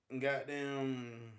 goddamn